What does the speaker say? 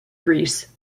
greece